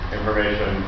information